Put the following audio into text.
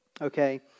Okay